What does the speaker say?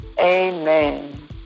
Amen